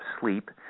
sleep